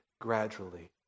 gradually